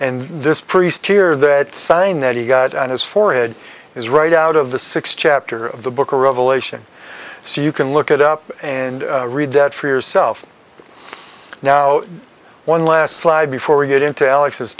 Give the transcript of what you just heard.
and this priest here that sign that he got on his forehead is right out of the sixth chapter of the book of revelation so you can look it up and read that for yourself now one last slide before we get into alex's